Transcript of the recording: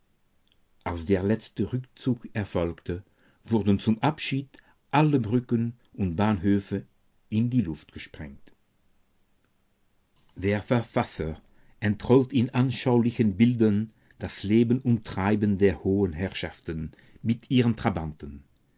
als der letzte rückzug erfolgte wurden zum abschied alle brücken und bahnhöfe in die luft gesprengt der verfasser entrollt in anschaulichen bildern das leben und treiben der hohen herrschaften mit ihren trabanten